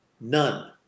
None